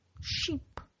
Sheep